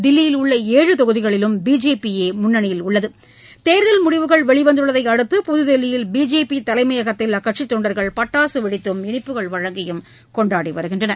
தில்லியில் உள்ள ஏழு தொகுதிகளிலும் பிஜேபி யே முன்னிலையில் உள்ளது தேர்தல் அடுத்து புதுதில்லியில் பிதேபி தலைமையகத்தில் அக்கட்சித் தொண்டர்கள் பட்டாசு வெடித்தும் இனிப்புகள் வழங்கியும் கொண்டாடி வருகின்றனர்